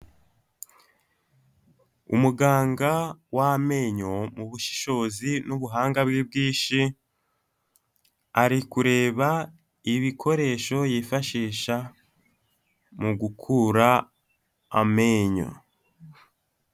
Umuganga w'amenyo mu bushishozi n'ubuhanga bwe bwishi, ari kureba ibikoresho yifashisha mu gukura amenyo.